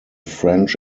french